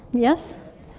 yes,